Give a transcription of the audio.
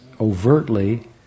overtly